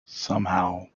somehow